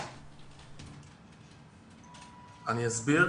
אני אסביר.